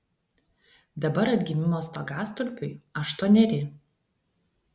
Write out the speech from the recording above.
dabar atgimimo stogastulpiui aštuoneri